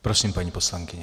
Prosím, paní poslankyně.